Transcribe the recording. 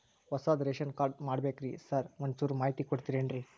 ಹೊಸದ್ ration card ಮಾಡ್ಬೇಕ್ರಿ sir ಒಂಚೂರ್ ಮಾಹಿತಿ ಕೊಡ್ತೇರೆನ್ರಿ?